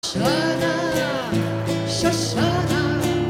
שושנה, שושנה